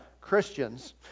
Christians